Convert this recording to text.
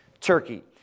Turkey